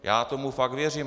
Já tomu fakt věřím.